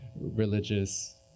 religious